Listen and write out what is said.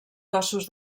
cossos